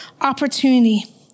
opportunity